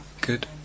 Good